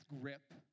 grip